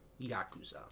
Yakuza